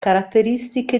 caratteristiche